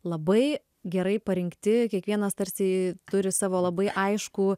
labai gerai parinkti kiekvienas tarsi turi savo labai aiškų